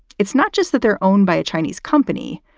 it's not just that they're owned by a chinese company.